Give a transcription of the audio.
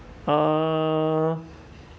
ah